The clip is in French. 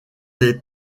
les